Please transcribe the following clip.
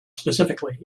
specifically